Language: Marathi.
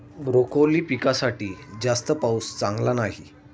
ब्रोकोली पिकासाठी जास्त पाऊस चांगला नाही